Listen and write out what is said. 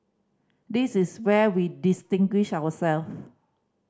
this is where we distinguish ourselves